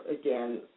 again